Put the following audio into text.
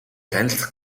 танилцах